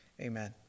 amen